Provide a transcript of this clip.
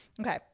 Okay